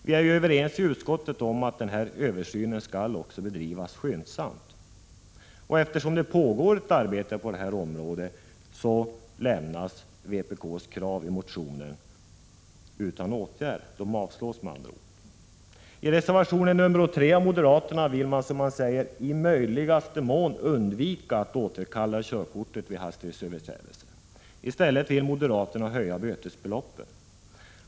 Vi är överens i utskottet om att den här översynen skall bedrivas skyndsamt. Eftersom det pågår ett arbete på detta område avstyrks vpk:s krav i motionen och lämnas utan åtgärd. I reservation nr 3 av moderaterna vill man, som man säger, i möjligaste mån undvika att återkalla körkortet vid hastighetsöverträdelser. I stället vill moderaterna höja bötesbeloppen.